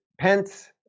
Pence